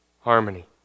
harmony